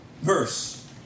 verse